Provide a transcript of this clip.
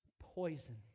poison